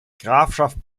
grafschaft